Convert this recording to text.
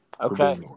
Okay